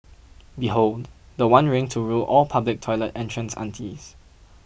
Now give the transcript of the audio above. behold the one ring to rule all public toilet entrance aunties